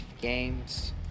games